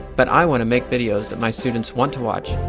but i wanna make videos that my students want to watch,